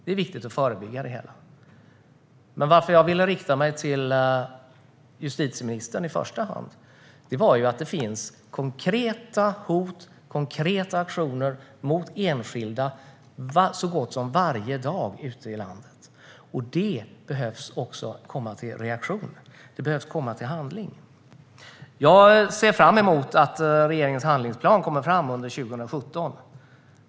Det är viktigt att förebygga det hela. Men anledningen till att jag ville rikta mig till justitieministern i första hand är att det förekommer konkreta hot och aktioner mot enskilda så gott som varje dag ute i landet. Det behöver vi få en reaktion på, och vi behöver komma till handling. Jag ser fram emot att regeringens handlingsplan kommer fram under 2017.